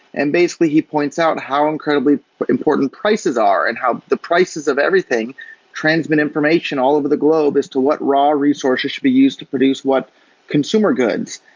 and basically, he points out how incredibly important prices are and how the prices of everything transmit information all over the globe as to what raw resources should be used to produce what consumer goods.